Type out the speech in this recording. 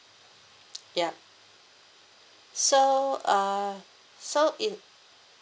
yup so uh so in